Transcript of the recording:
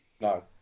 No